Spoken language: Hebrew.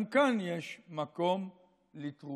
גם כאן יש מקום לתרופות.